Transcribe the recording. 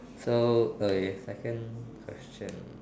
so uh second question